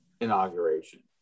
inauguration